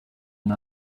nta